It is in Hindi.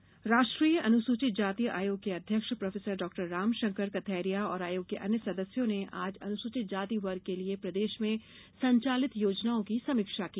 आयोग दौरा राष्ट्रीय अनुसूचित जाति आयोग के अध्यक्ष प्रो डॉ राम शंकर कथैरिया और आयोग के अन्य सदस्यों ने आज अनुसूचित जाति वर्ग के लिये प्रदेश में संचालित योजनाओं की समीक्षा की